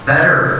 Better